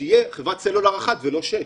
- שתהיה חברת סלולר אחת, לא שש.